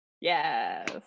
Yes